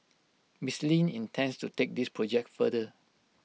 Mister Lin intends to take this project further